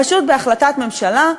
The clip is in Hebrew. פשוט בהחלטת ממשלה,